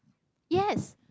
yes